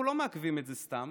אנחנו לא מעכבים את זה סתם,